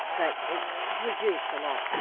but it's reduced a lot,